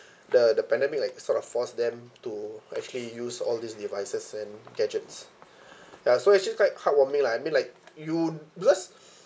the the pandemic like sort of forced them to actually use all these devices and gadgets ya so actually quite heartwarming lah I mean like you because